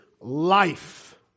life